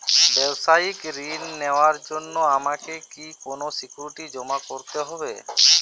ব্যাবসায়িক ঋণ নেওয়ার জন্য আমাকে কি কোনো সিকিউরিটি জমা করতে হবে?